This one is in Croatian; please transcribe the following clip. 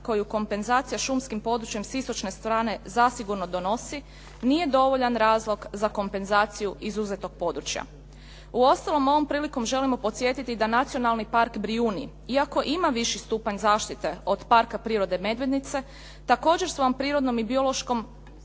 koju kompenzacija šumskim područjem s istočne strane zasigurno donosi nije dovoljan razlog za kompenzaciju izuzetog područja. Uostalom, ovom prilikom želimo podsjetiti da Nacionalni park Brijuni iako ima viši stupanj zaštite od Parka prirode Medvednica također svojom prirodnom i biološkom